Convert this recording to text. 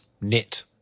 Knit